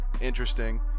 interesting